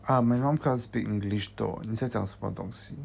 !huh! my mom cannot speak english though 你在讲什么东西